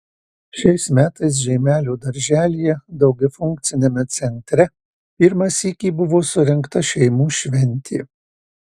šiais metais žeimelio darželyje daugiafunkciame centre pirmą sykį buvo surengta šeimų šventė